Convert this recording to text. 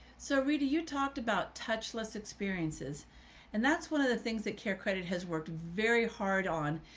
so rita, you talked about touchless experiences and that's one of the things that care credit has worked very hard on.